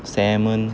salmon